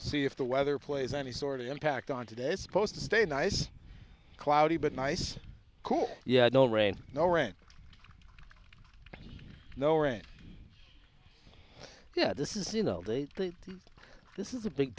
see if the weather plays any sort of impact on today supposed to stay nice cloudy but nice cool yeah no rain no rain no rain yeah this is you know they think this is a big